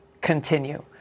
continue